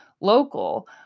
local